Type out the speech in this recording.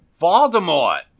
Voldemort